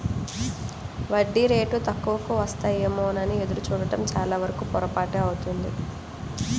వడ్డీ రేటు తక్కువకు వస్తాయేమోనని ఎదురు చూడడం చాలావరకు పొరపాటే అవుతుంది